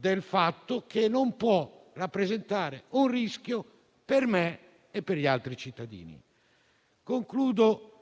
del fatto che non può rappresentare un rischio per me e per gli altri cittadini. Concludo